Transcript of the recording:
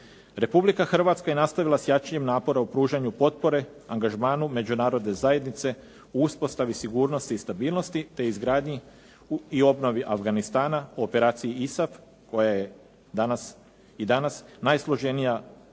Republika Hrvatska je nastavila s jačanjem napora u pružanju potpore, angažmanu međunarodne zajednice u uspostavi sigurnosti i stabilnosti te izgradnji i obnovi Afganistana, opraciji ISAF koja je i danas najsloženija